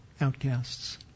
outcasts